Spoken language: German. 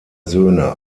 söhne